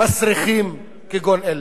מסריחים כגון אלה.